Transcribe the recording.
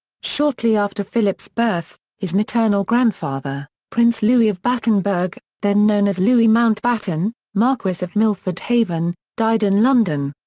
shortly after philip's birth, his maternal grandfather, prince louis of battenberg, then known as louis mountbatten, marquess of milford haven, died in london.